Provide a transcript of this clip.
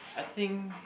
I think